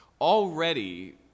Already